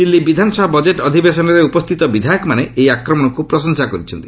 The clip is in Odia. ଦିଲ୍ଲୀ ବିଧାନସଭା ବଜେଟ୍ ଅଧିବେଶନରେ ଉପସ୍ଥିତ ବିଧାୟକମାନେ ଏହି ଆକ୍ରମଣକୁ ପ୍ରଶଂସା କରିଛନ୍ତି